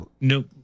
Nope